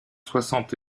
soixante